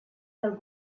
del